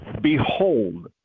behold